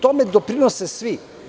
Tome doprinose svi.